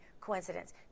coincidence